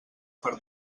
per